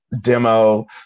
demo